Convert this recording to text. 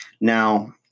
Now